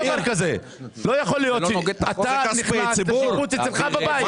אין דבר כזה, אתה נכנס לשיפוץ אצלך בבית,